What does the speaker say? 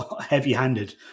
heavy-handed